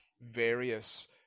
various